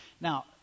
Now